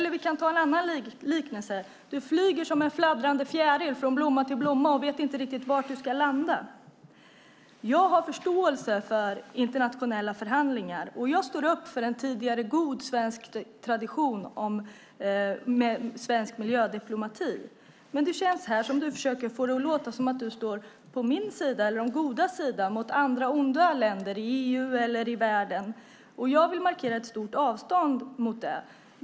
Vi kan ta en annan liknelse: Du flyger som en fladdrande fjäril från blomma till blomma och vet inte riktigt var du ska landa. Jag har förståelse för hur det går till vid internationella förhandlingar, och jag står upp för en tidigare god svensk tradition med svensk miljödiplomati. Det känns här som att du försöker få det att låta som att du står på min sida, eller de godas sida, mot andra onda länder i EU eller i världen. Jag vill markera ett stort avstånd mot det.